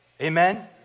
Amen